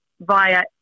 via